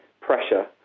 pressure